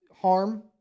harm